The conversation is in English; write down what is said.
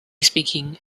speaking